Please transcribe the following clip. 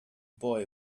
boy